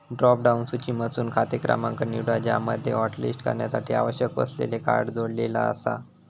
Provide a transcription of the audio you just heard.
drop down सूचीमधसून खाते क्रमांक निवडा ज्यामध्ये हॉटलिस्ट करण्यासाठी आवश्यक असलेले कार्ड जोडलेला आसा